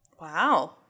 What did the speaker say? Wow